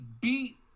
beat